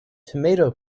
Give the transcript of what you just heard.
tomato